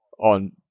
on